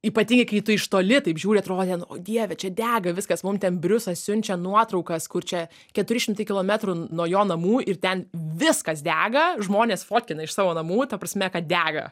ypatingai kai tu iš toli taip žiūri atrodė o dieve čia dega viskas mum ten briusas siunčia nuotraukas kur čia keturi šimtai kilometrų nuo jo namų ir ten viskas dega žmonės fotkina iš savo namų ta prasme kad dega